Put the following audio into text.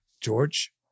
George